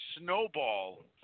snowball